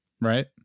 Right